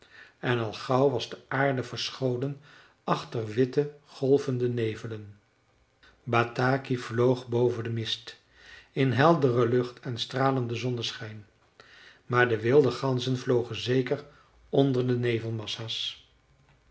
en al gauw was de aarde verscholen achter witte golvende nevelen bataki vloog boven den mist in heldere lucht en stralenden zonneschijn maar de wilde ganzen vlogen zeker onder de